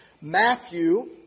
Matthew